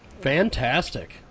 Fantastic